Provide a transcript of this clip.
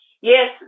Yes